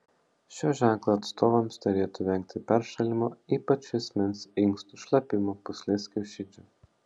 šio ženklo atstovams derėtų vengti peršalimo ypač juosmens inkstų šlapimo pūslės kiaušidžių